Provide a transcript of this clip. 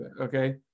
Okay